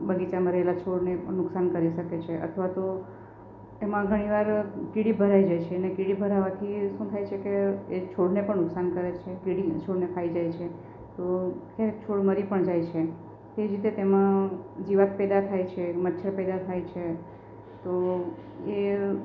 બગીચામાં રેલા છોડને પણ નુકસાન કરી શકે છે અથવા તો એમાં ઘણીવાર કીડી ભરાઈ જાય છે એને કીડી ભરાવાથી શું થાય છે કે એ છોડને પણ નુકસાન કરે છે કીડી છોડને ખાઈ જાય છે તો ક્યારેક છોડ મરી પણ જાય છે તે જ રીતે તેમાં જીવાત પેદા થાય છે મચ્છર પેદા થાય છે તો એ